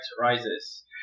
rises